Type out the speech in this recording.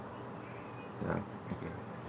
ya okay